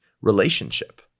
relationship